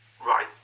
right